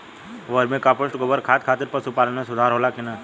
Vermi compost गोबर खाद खातिर पशु पालन में सुधार होला कि न?